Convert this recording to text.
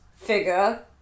figure